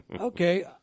Okay